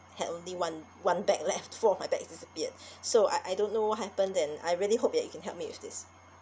had only one one bag left four of my bags disappeared so I I don't know what happened and I really hope that you can help me with this